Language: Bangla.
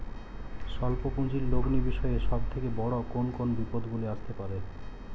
স্বল্প পুঁজির লগ্নি বিষয়ে সব থেকে বড় কোন কোন বিপদগুলি আসতে পারে?